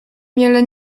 mnie